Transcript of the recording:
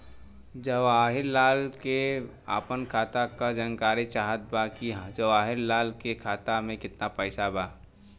जवाहिर लाल के अपना खाता का जानकारी चाहत बा की जवाहिर लाल के खाता में कितना पैसा बा?